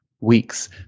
weeks